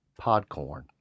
Podcorn